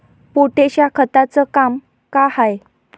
Potash या खताचं काम का हाय?